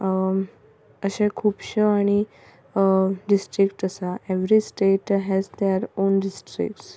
अशें खुबश्यो आनी डिस्ट्रिक्ट आसा every state has their own districts